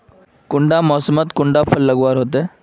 कुंडा मोसमोत कुंडा फसल लगवार होते?